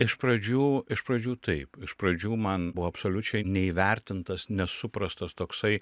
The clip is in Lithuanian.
iš pradžių iš pradžių taip iš pradžių man buvo absoliučiai neįvertintas nesuprastas toksai